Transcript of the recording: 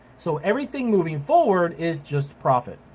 so everything moving forward is just profit,